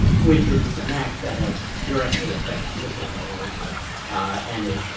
which is an act that ah directly affects whistleblowers and it